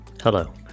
Hello